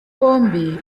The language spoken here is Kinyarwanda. bombi